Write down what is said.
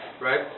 Right